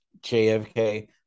JFK